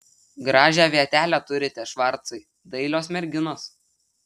gražią vietelę turite švarcai dailios merginos